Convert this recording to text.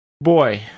Boy